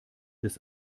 des